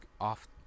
off